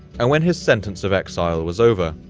and when his sentence of exile was over,